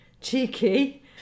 cheeky